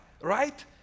right